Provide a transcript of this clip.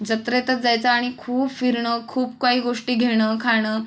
जत्रेतच जायचा आणि खूप फिरणं खूप काही गोष्टी घेणं खाणं